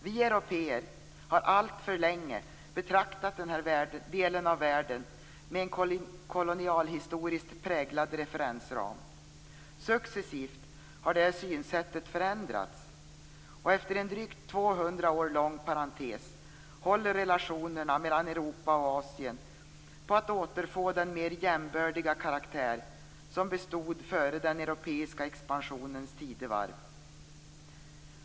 Vi européer har alltför länge betraktat den här delen av världen med en kolonialhistoriskt präglad referensram. Successivt har det här synsättet förändrats, och efter en drygt 200 år lång parentes håller relationerna mellan Europa och Asien på att återfå den mer jämbördiga karaktär som bestod före den europeiska expansionens tidevarv.